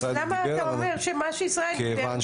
ישראל דיבר.